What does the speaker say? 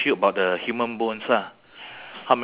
what about your your most interesting